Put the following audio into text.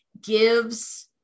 gives